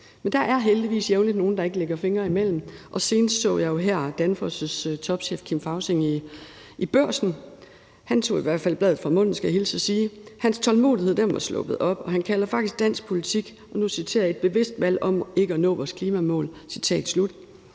Men der er heldigvis jævnligt nogle, der ikke lægger fingre imellem, og senest Danfoss' topchef, Kim Fausing, i Børsen. Han tog i hvert fald af bladet fra munden, skal jeg hilse og sige. Hans tålmodighed var sluppet op, og han kalder faktisk dansk politik, og nu citerer jeg, »et bevidst valg om ikke at nå vores klimamål«.